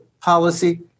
policy